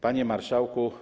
Panie Marszałku!